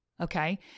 Okay